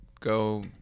Go